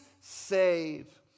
save